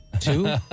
Two